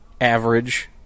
average